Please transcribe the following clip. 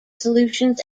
solutions